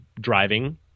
driving